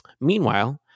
meanwhile